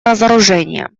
разоружения